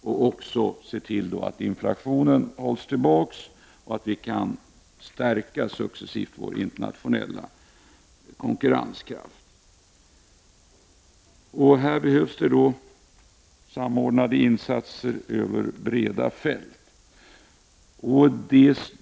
Därigenom kan inflationen hållas tillbaka, vilket bidrar till att successivt stärka vår internationella konkurrenskraft. Det krävs då samordnade insatser över breda fält.